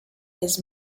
his